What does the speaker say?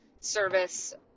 service